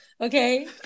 Okay